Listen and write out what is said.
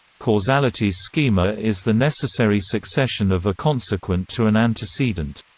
causality's schema is the necessary succession of a consequent to an antecedent.